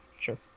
sure